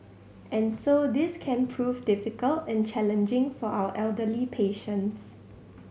and so this can prove difficult and challenging for our elderly patients